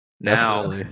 now